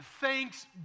thanks